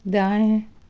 दाएँ